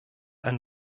ein